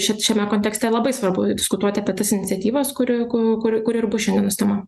šit šiame kontekste labai svarbu diskutuot apie tas iniciatyvas kuri ku kuri ir bus šiandienos tema